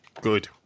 Good